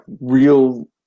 real